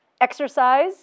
exercise